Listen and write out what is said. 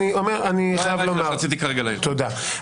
תודה.